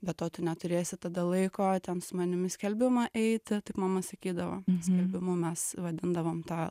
be to tu neturėsi tada laiko ten su manim į skelbimą eiti taip mama sakydavo skelbimu mes vadindavom tą